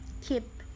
Keep